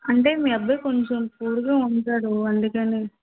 అంటే మీ అబ్బాయి కొంచెం పూరుగా ఉంటాడు అందుకని